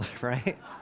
Right